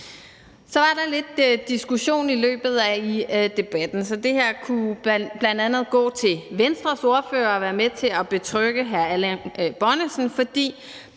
Så har der været lidt diskussion i løbet af debatten, så det her kunne bl.a. gå til Venstres ordfører og være med til at betrygge hr. Erling Bonnesen, for